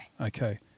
Okay